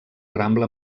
rambla